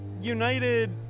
United